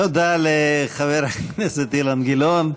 תודה לחבר הכנסת אילן גילאון.